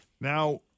Now